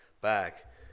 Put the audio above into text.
back